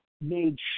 made